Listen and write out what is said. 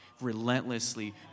relentlessly